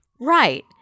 Right